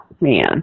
man